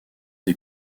des